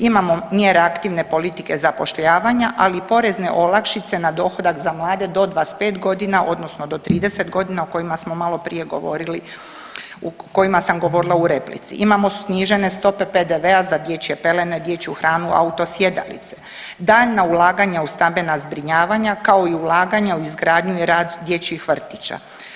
Imamo mjere aktivne politike zapošljavanja, ali i porezne olakšice na dohodak za mlade do 25.g. odnosno do 30.g. o kojima smo maloprije govorili, o kojima sam govorila u replici, imamo snižene stope PDV-a za dječje pelene, dječju hranu, auto sjedalice, daljnja ulaganja u stambena zbrinjavanja, kao i ulaganja u izgradnju i rad dječjih vrtića.